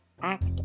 act